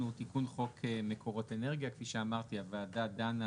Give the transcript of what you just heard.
כפי שאמרתי הוועדה דנה